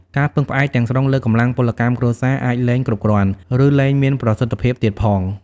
ការពឹងផ្អែកទាំងស្រុងលើកម្លាំងពលកម្មគ្រួសារអាចលែងគ្រប់គ្រាន់ ឬលែងមានប្រសិទ្ធភាពទៀតផង។